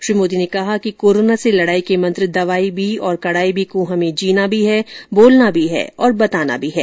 श्री मोदी ने कहा कि कोरोना से लड़ाई के मंत्र दवाई भी और कडाई भी को हमें जीना भी है बोलना भी है और बताना भी है